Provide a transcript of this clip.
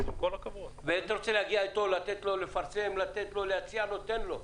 אם אתה רוצה לתת לו, להציע לו, תן לו.